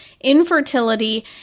infertility